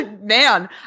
Man